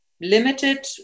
limited